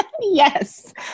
Yes